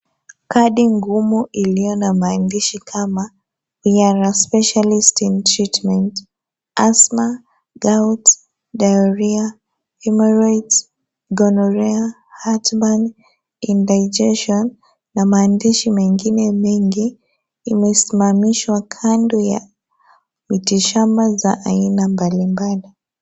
Kadi ngumu iliyo na maandishi kama we are a specialist in treatment asthma gouts diarhoea heart burn indigestion na maandishi mengine mengi imesimamishwa kando ya mitishamba za aina mbalimbali.